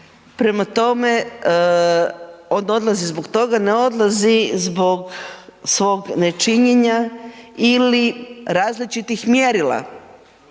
prema tome, on odlazi zbog toga, ne odlazi zbog svog nečinjenja ili različitih mjerila.